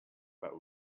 but